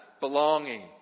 Belonging